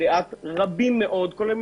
לדעת רבים וטובים